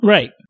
Right